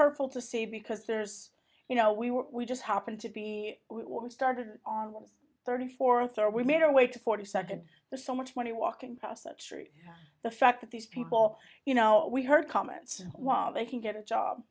turtle to see because there's you know we were we just happened to be where we started on thirty fourth or we made our way to forty second there's so much money walking past the tree the fact that these people you know we heard comments while they can get a job